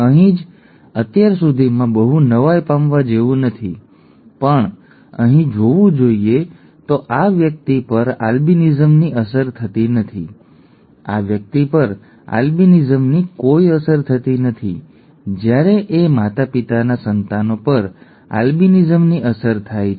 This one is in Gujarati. અહીં જ અત્યાર સુધીમાં બહુ નવાઈ પામવા જેવું નથી પણ અહીં જોવું જોઈએ તો આ વ્યક્તિ પર આલ્બિનિઝમની અસર થતી નથી આ વ્યક્તિ પર આલ્બિનિઝમની કોઈ અસર થતી નથી જ્યારે એ માતા પિતાનાં સંતાનો પર આલ્બિનિઝમની અસર થાય છે